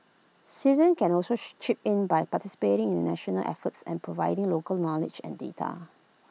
citizen can also chip in by participating in the national effort and providing local knowledge and data